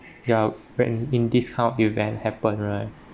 yup when this kind of event happen right